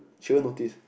she won't notice